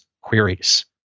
queries